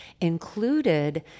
included